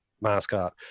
mascot